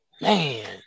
Man